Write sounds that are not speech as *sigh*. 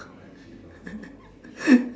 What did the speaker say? *laughs*